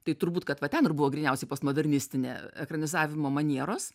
tai turbūt kad va ten ir buvo gryniausiai postmodernistinė ekranizavimo manieros